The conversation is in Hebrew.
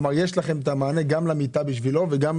יש לכם את המענה גם למיטה בשבילו וגם